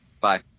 Bye